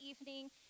evening